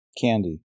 Candy